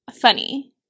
funny